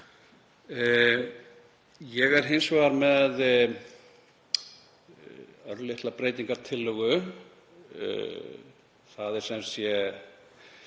Ég er hins vegar með örlitla breytingartillögu. Í þessu